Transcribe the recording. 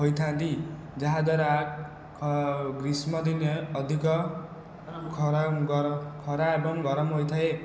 ହୋଇଥାନ୍ତି ଯାହାଦ୍ୱାରା ଗ୍ରୀଷ୍ମ ଦିନେ ଅଧିକ ଖରା ଏବଂ ଗରମ ଖରା ଏବଂ ଗରମ ହୋଇଥାଏ